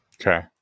Okay